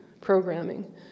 programming